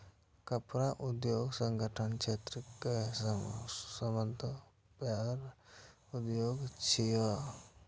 कपड़ा उद्योग संगठित क्षेत्र केर सबसं पैघ उद्योग छियै